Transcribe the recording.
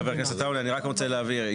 לא, חבר הכנסת עטאונה, אני רק רוצה להבהיר.